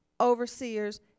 overseers